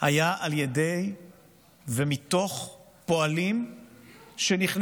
היה על ידי ומתוך פועלים שנכנסו,